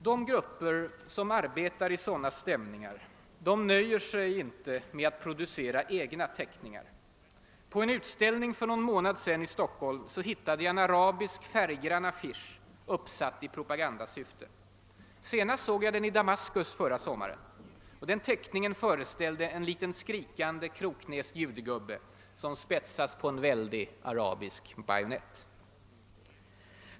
De grupper som arbetar i sådana stämningar nöjer sig inte med att producera egna teckningar. På en utställning för någon månad sedan i Stockholm hittade jag en arabisk färggrann affisch, uppsatt i propagandasyfte. Senast såg jag den i Damaskus förra sommaren. Teckningen föreställde en liten skrikande, kroknäst judegubbe som spetsades på en väldig arabisk bajonett.